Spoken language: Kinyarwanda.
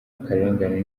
akarengane